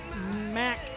Mac